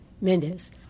Mendes